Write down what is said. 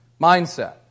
mindset